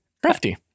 Crafty